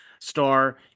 Star